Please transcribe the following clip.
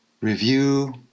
review